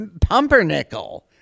Pumpernickel